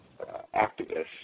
activists